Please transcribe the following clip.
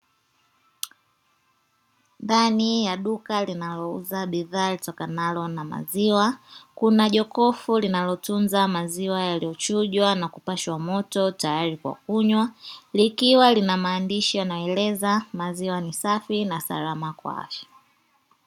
Ndani ya duka linaouza bidhaa litokanalo na maziwa, kuna jokofu linalotunza maziwa yaliyochujwa na kupashwa moto tayari kwa kunywa, likiwa lina maandishi yanayoeleza maziwa ni safi na salama kwa afya.